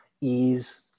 ease